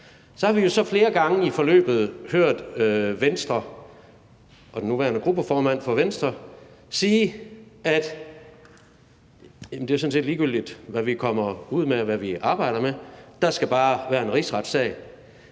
Så har vi jo så flere gange i forløbet hørt Venstre og den nuværende gruppeformand for Venstre sige, at det sådan set er ligegyldigt, hvad vi kommer ud med og arbejder med, og at der bare skal være en rigsretssag,